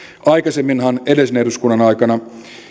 aikaisemminhan edellisen eduskunnan aikana